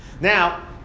Now